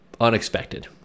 unexpected